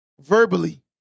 verbally